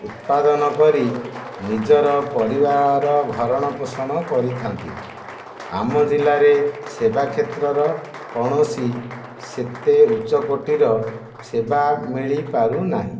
ଉତ୍ପାଦନ କରି ନିଜର ପରିବାର ଭରଣ ପୋଷଣ କରିଥାନ୍ତି ଆମ ଜିଲ୍ଲା ରେ ସେବା କ୍ଷେତ୍ରର କୌଣସି ସେତେ ଉଚ୍ଚ କୋଟୀର ସେବା ମିଳିପାରୁନାହିଁ